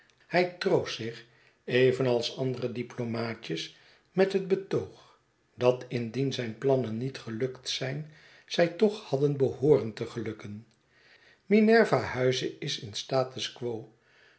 hij troostzich evenals andere diplomaatjes met het betoog dat indien zijn plannen niet gelukt zijn zy toch hadden behooren te gelukken minerva huize is in statu